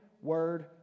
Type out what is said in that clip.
Word